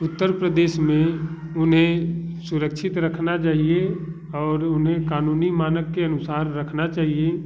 उत्तर प्रदेश में उन्हें सुरकक्षित रखना चाहिए और उन्हें क़ानूनी मानक के अनुसार रखना चाहिए